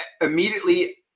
immediately